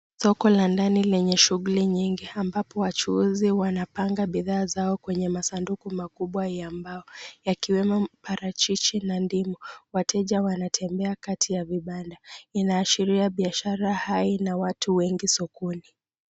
Soko la ndani lenye shughuli nyingi, ambapo wachuuzi wanapanga bidhaa zao kwenye masanduku makubwa ya mbao. Yakiwemo parachichi na ndimu, wateja wanatembea kati ya vibanda, inaashiria biashara haina watu wengi sokoni.